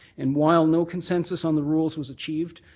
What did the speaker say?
and while no consensus on the rules was achieved,